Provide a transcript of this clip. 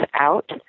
Out